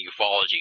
ufology